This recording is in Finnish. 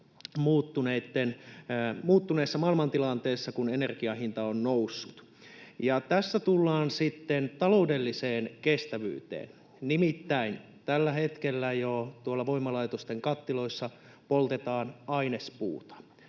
muuttuneessa maailmantilanteessa, kun energian hinta on noussut. Tässä tullaan sitten taloudelliseen kestävyyteen, nimittäin tällä hetkellä jo tuolla voimalaitosten kattiloissa poltetaan ainespuuta,